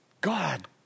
God